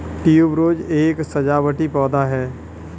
tuberose एक सजावटी पौधा है